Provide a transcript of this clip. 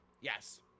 Yes